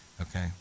Okay